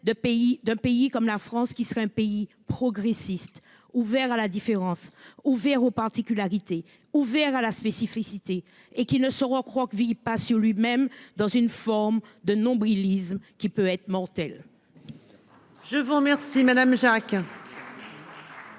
d'un pays comme la France qui serait un pays progressiste ouvert à la différence, ouvert aux particularités ouvert à la spécificité et qui ne. Kroichvili pas sur lui même, dans une forme de nombrilisme qui peut être mortelle.